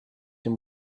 dem